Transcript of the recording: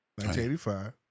1985